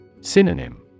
Synonym